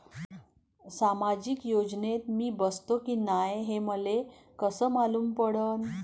सामाजिक योजनेत मी बसतो की नाय हे मले कस मालूम पडन?